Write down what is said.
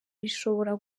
rishobora